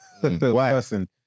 person